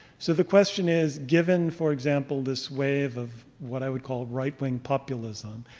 so the question is, given, for example, this wave of what i would call right-wing populism,